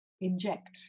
inject